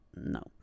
no